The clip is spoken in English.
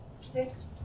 Six